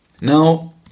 Now